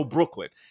Brooklyn